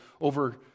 over